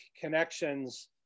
connections